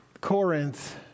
Corinth